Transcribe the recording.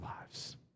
lives